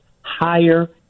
higher